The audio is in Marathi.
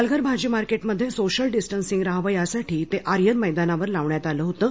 पालघर भाजी मार्केट मध्ये सोशल डिस्टन्सिंग राहावं या साठी ते आर्यन मैदानावर लावण्यात आलं होतं